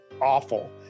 awful